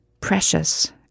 precious